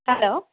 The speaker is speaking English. hello